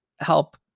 help